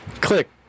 Click